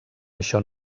això